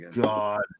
God